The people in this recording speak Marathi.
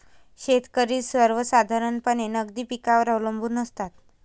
शेतकरी सर्वसाधारणपणे नगदी पिकांवर अवलंबून असतात